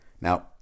Now